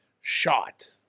shot